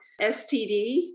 STD